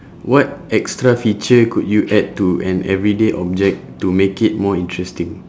what extra feature could you add to an everyday object to make it more interesting